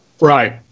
Right